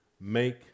make